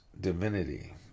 divinity